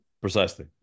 precisely